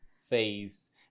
phase